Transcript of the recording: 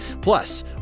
Plus